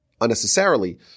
unnecessarily